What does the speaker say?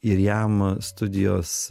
ir jam studijos